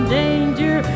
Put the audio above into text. danger